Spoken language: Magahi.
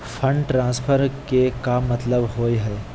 फंड ट्रांसफर के का मतलब होव हई?